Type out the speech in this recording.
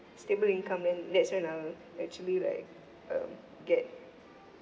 stable income then that's when I'll actually like um get